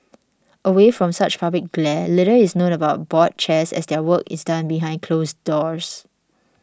away from such public glare little is known about board chairs as their work is done behind closed doors